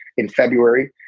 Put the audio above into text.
in february,